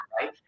right